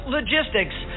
Logistics